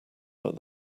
but